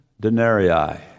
denarii